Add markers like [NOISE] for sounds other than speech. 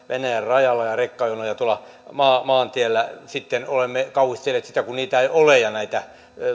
[UNINTELLIGIBLE] venäjän rajalla ja rekkajonoja tuolla maantiellä sitten olemme kauhistelleet sitä kun niitä ei ole ja näitä